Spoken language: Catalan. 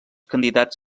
candidats